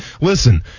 listen